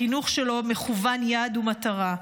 החינוך שלו מכוון יעד ומטרה.